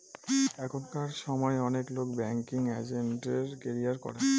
এখনকার সময় অনেক লোক ব্যাঙ্কিং এজেন্টের ক্যারিয়ার করে